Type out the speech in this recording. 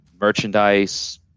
merchandise